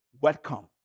welcome